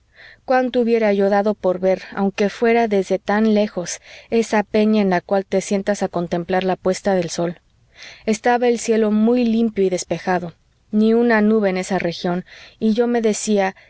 cuánto hubiera yo dado por ver aunque fuera desde tan lejos esa peña en la cual te sientas a contemplar la puesta del sol estaba el cielo muy limpio y despejado ni una nube en esa región y yo me decía